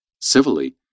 civilly